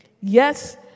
Yes